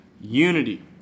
unity